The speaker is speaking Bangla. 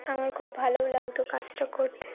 আমার খুব ভালোও লাগত কাজটা করতে